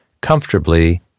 comfortably